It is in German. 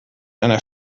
einer